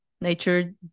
nature